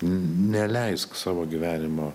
neleisk savo gyvenimo